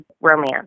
romance